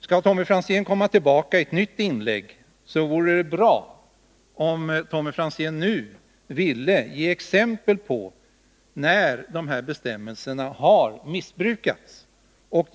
Skall Tommy Franzén komma tillbaka i ett nytt inlägg, vore det bra om han ville ge konkreta exempel på att bestämmelserna har missbrukats.